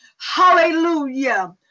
hallelujah